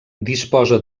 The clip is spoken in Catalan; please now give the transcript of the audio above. disposa